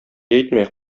әйтмә